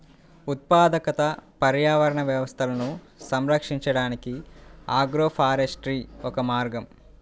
ఉత్పాదక పర్యావరణ వ్యవస్థలను సంరక్షించడానికి ఆగ్రోఫారెస్ట్రీ ఒక మార్గం